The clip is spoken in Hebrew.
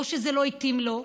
או שזה לא התאים לו,